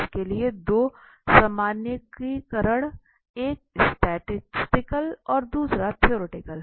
इसके लिए दो सामान्यीकरण हैं एक स्टैटिस्टिकल और दूसरा थ्योरेटिकल